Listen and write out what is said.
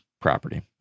property